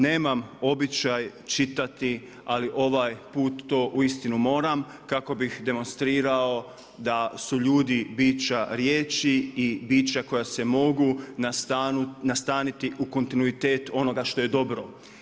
Nemam običaj čitati ali ovaj put to uistinu moram kako bih demonstrirao da su ljudi bića riječi i bića koja se mogu nastaniti u kontinuitet onoga što je dobro.